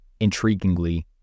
Intriguingly